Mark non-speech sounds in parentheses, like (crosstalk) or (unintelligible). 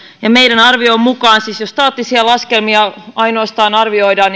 ja meidän arviomme mukaan siis jos ainoastaan staattisia laskelmia arvioidaan (unintelligible)